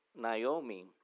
Naomi